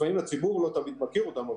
לפעמים הציבור לא תמיד מכיר אותן.